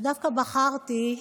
דווקא בחרתי,